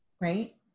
right